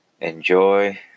enjoy